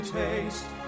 taste